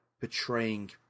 portraying